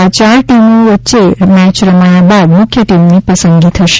આ ચાર ટીમો વચ્ચે મેચ રમાયા બાદ મ્રખ્ય ટીમની પસંદગી થશે